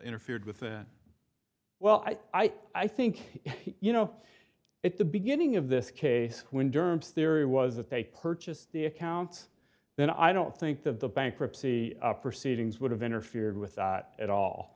interfered with well i i i think you know at the beginning of this case when germ theory was that they purchased the accounts then i don't think that the bankruptcy proceedings would have interfered with that at all